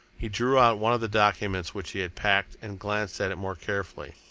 he drew out one of the documents which he had packed and glanced at it more carefully.